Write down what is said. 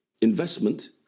Investment